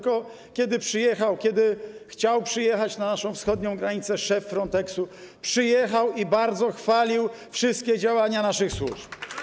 Kiedy chciał przyjechać na naszą wschodnią granicę szef Fronteksu, przyjechał i bardzo chwalił wszystkie działania naszych służb.